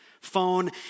phone